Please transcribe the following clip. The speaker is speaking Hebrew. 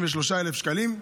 63,000 שקלים.